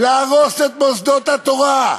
להרוס את מוסדות התורה,